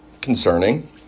concerning